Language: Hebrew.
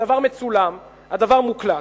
הדבר מצולם, הדבר מוקלט.